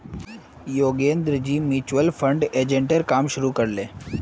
योगेंद्रजी mutual fund एजेंटेर काम शुरू कर ले